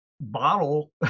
bottle